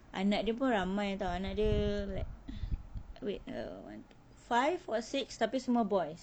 anak dia pun ramai tau anak dia like wait eh one five or six tapi semua boys